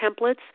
templates